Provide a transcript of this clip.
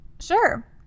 Sure